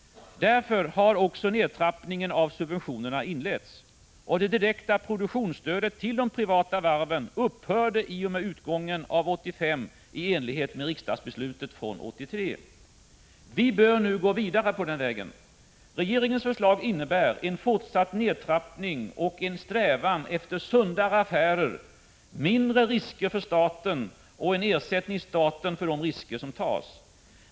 Därför har också nedtrappningen av subventionerna inletts. Det direkta produktionsstödet till de privata varven upphörde i och med utgången av år 1985 — i enlighet med riksdagsbeslutet från 1983. Vi bör nu gå vidare på den vägen. Regeringens förslag innebär en fortsatt nedtrappning och en strävan efter sundare affärer samt mindre risker för staten och en ersättning till staten för de risker som tas.